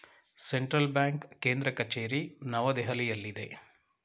central bank ಕೇಂದ್ರ ಕಚೇರಿ ನವದೆಹಲಿಯಲ್ಲಿದೆ